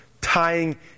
tying